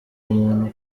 umuntu